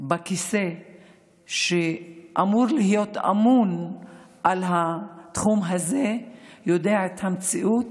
בכיסא שאמור להיות אמון על התחום הזה יודע את המציאות,